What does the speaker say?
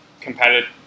competitive